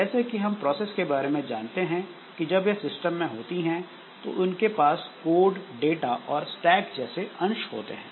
जैसे की हम प्रोसेस के बारे में जानते हैं कि जब यह सिस्टम में होती हैं तो उनके पास कोड डाटा और स्टैक जैसे अंश होते हैं